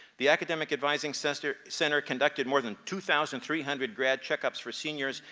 the academic advising center center conducted more than two thousand three hundred grad checkups for seniors,